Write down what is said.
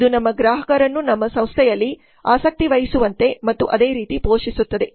ಇದು ನಮ್ಮ ಗ್ರಾಹಕರನ್ನು ನಮ್ಮ ಸಂಸ್ಥೆಯಲ್ಲಿ ಆಸಕ್ತಿ ವಹಿಸುವಂತೆ ಮತ್ತು ಅದೇ ರೀತಿ ಪೋಷಿಸುತ್ತದೆ